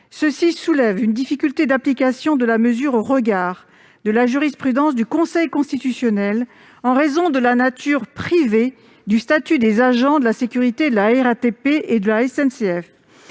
qui soulève une difficulté d'application de la mesure au regard de la jurisprudence du Conseil constitutionnel, en raison de la nature privée du statut des agents de sécurité de la RATP et de la SNCF.